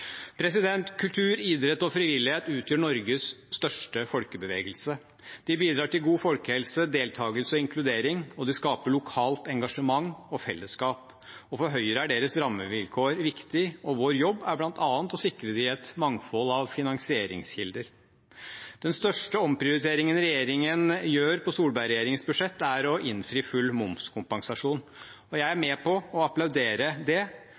Kultur, idrett og frivillighet utgjør Norges største folkebevegelse. Det bidrar til god folkehelse, deltakelse og inkludering, og det skaper lokalt engasjement og fellesskap. For Høyre er deres rammevilkår viktig, og vår jobb er bl.a. å sikre dem et mangfold av finansieringskilder. Den største omprioriteringen regjeringen gjør i Solberg-regjeringens budsjett, er å innfri full momskompensasjon, og jeg er med på å applaudere det,